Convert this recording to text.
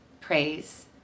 praise